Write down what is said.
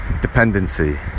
dependency